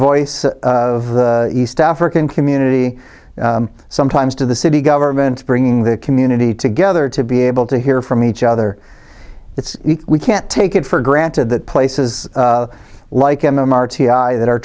voice of the east african community sometimes to the city government bringing the community together to be able to hear from each other it's can't take it for granted that places like him r t i that are